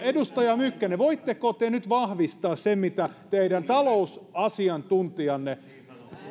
edustaja mykkänen voitteko te nyt vahvistaa sen mitä teidän talousasiantuntijanne